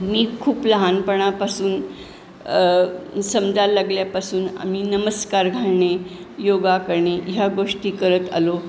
मी खूप लहानपणापासून समजायला लागल्यापासून आम्ही नमस्कार घालणे योगा करणे ह्या गोष्टी करत आलो